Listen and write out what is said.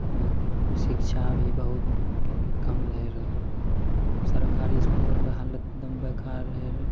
ओकर बाद शिक्षा भी बहुत कम रहै रऽ सरकारी इसकुल आरके हालत एकदम बेकार रहै रऽ